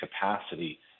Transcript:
capacity